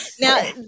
now